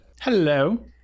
Hello